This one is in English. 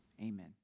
amen